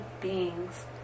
beings